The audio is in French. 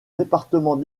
département